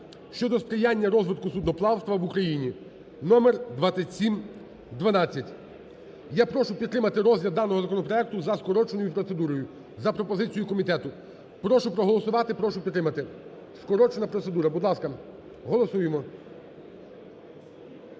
(щодо сприяння розвитку судноплавства в Україні) (номер 2712) Я прошу підтримати розгляд даного законопроекту за скороченою процедурою за пропозицією комітету. Прошу проголосувати, прошу підтримати. Скорочена процедура, будь ласка, голосуємо.